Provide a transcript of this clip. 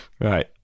Right